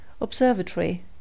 Observatory